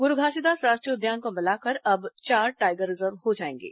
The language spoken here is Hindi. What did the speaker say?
गुरू घासीदास राष्ट्रीय उद्यान को मिलाकर अब चार टाईगर रिजर्व हो जाएंगे